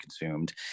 consumed